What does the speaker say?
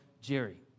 Jerry